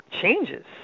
changes